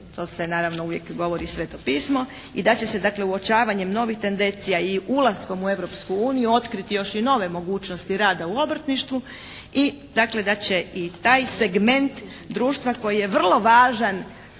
to se naravno uvijek govori Sveto pismo, i da će se dakle uočavanjem novih tendencija i ulaskom u Europsku uniju otkriti još i nove mogućnosti rada u obrtništvu i da će i taj segment društva koji je vrlo važan